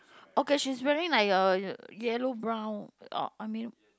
okay she's wearing like a yellow brown or I mean